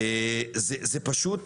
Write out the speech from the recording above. זה פשוט